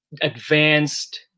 Advanced